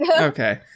Okay